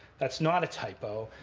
that's not a typo.